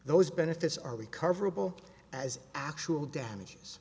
those benefits are recoverable as actual damages